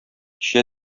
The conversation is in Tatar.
эчә